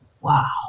wow